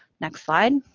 next slide.